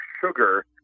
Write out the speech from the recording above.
sugar